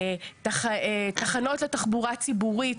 תחנות לתחבורה ציבורית,